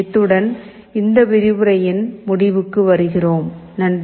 இத்துடன் இந்த விரிவுரையின் முடிவுக்கு வருகிறோம் நன்றி